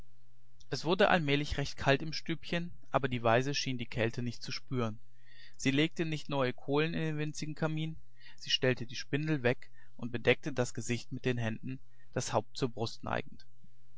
es wurde allmählich recht kalt im stübchen aber die waise schien die kälte nicht zu spüren sie legte nicht neue kohlen in den winzigen kamin sie stellte die spindel weg und bedeckte das gesicht mit den händen das haupt zur